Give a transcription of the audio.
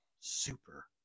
super